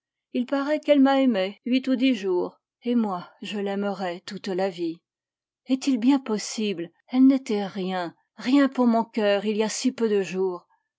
il paraît qu'elle m'a aimé huit ou dix jours et moi je l'aimerai toute la vie est-il bien possible elle n'était rien rien pour mon coeur il y a si peu de jours